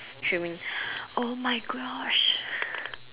trimming !oh-my-gosh!